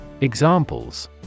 Examples